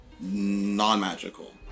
non-magical